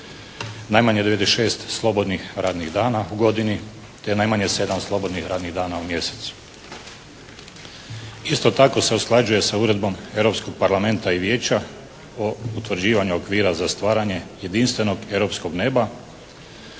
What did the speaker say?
najmanje 96 slobodnih radnih dana u godini te najmanje 7 slobodnih radnih dana u mjesecu. Isto tako se usklađuje sa Uredbom europskog parlamenta i vijeća o utvrđivanju okvira za stvaranje jedinstvenog europskog neba